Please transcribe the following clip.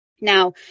Now